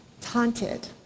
taunted